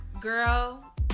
girl